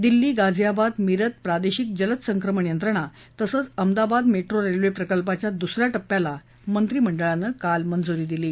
दिल्ली गाझियाबाद मिरत प्रादेशिक जलद संक्रमण यंत्रणा तसंच अहमदाबाद मेट्रो रेल्वे प्रकल्पाच्या दुस या टप्प्यालाही मंत्रिमंडळानं मंजुरी दिली आहे